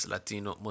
Latino